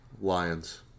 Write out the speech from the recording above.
Lions